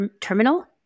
terminal